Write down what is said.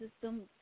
system